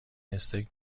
استیک